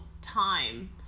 time